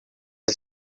had